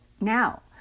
Now